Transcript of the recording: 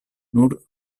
nur